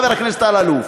חבר הכנסת אלאלוף?